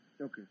okay